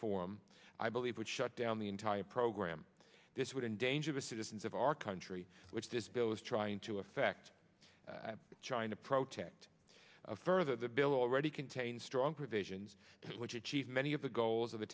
forum i believe would shut down the entire program this would endanger the citizens of our country which this bill is trying to affect china protest further the bill already contains strong provisions which achieve many of the goals of the